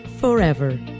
forever